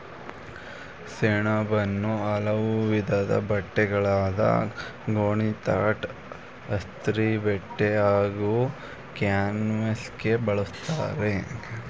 ಸೆಣಬನ್ನು ಹಲವು ವಿಧದ್ ಬಟ್ಟೆಗಳಾದ ಗೋಣಿತಟ್ಟು ಅಸ್ತರಿಬಟ್ಟೆ ಹಾಗೂ ಕ್ಯಾನ್ವಾಸ್ಗೆ ಬಳುಸ್ತರೆ